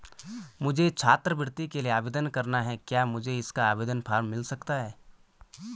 मुझे छात्रवृत्ति के लिए आवेदन करना है क्या मुझे इसका आवेदन फॉर्म मिल सकता है?